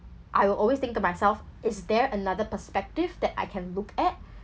I will always think to myself is there another perspective that I can look at